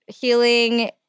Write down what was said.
healing